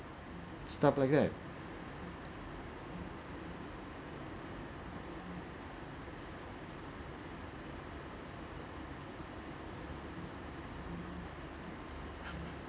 stuff like that